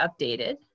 updated